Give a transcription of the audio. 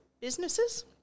businesses